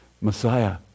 Messiah